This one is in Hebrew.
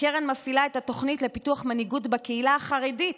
הקרן מפעילה את התוכנית לפיתוח מנהיגות בקהילה החרדית,